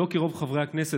לא כי רוב חברי הכנסת,